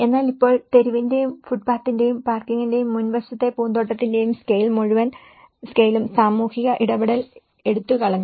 എന്നാൽ ഇപ്പോൾ തെരുവിന്റെയും ഫുട് പാത്തിന്റെയും പാർക്കിംഗിന്റെയും മുൻവശത്തെ പൂന്തോട്ടത്തിന്റെയും സ്കെയിൽ മുഴുവൻ സ്കെയിലും സാമൂഹിക ഇടപെടൽ എടുത്തുകളഞ്ഞു